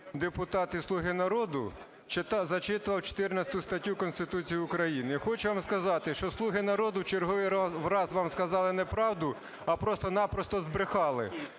депутат зі "Слуга народу", зачитував 14 статтю Конституції України. Я хочу вам сказати, що "Слуга народу" в черговий раз вам сказали неправду, а просто-напросто збрехали.